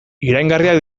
iraingarriak